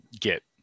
get